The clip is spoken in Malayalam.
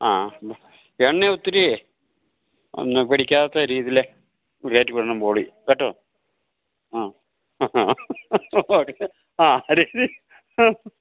ആ എണ്ണ ഒത്തിരി ഒന്നും പിടിക്കാത്ത രീതിയിൽ കയറ്റി വിടണം ബോളി കേട്ടോ ആ ആ